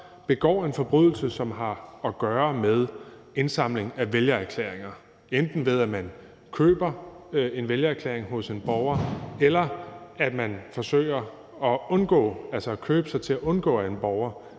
begår en forbrydelse, som har at gøre med indsamling af vælgererklæringer, enten ved at man køber en vælgererklæring hos en borger eller forsøger at købe sig til at undgå, at en borger